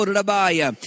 Rabaya